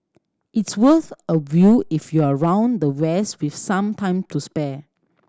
it's worth a view if you're around the west with some time to spare